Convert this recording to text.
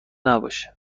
نباشه